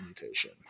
mutation